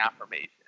affirmation